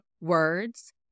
words